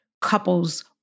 couples